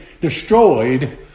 destroyed